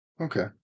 Okay